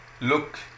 Look